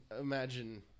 imagine